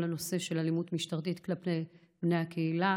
הנושא של אלימות משטרתית כלפי בני הקהילה.